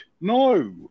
no